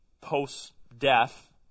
post-death